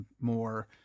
more